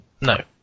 no